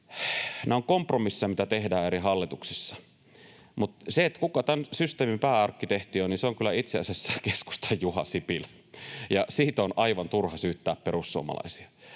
nämä ovat kompromisseja, mitä tehdään eri hallituksissa. Tämän systeemin pääarkkitehti on itse asiassa keskustan Juha Sipilä. Siitä on aivan turha syyttää perussuomalaisia.